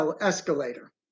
escalator